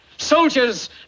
Soldiers